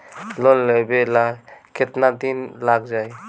Loan लेबे ला कितना दिन लाग जाई?